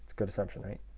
good assumption, right?